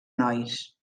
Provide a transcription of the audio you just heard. nois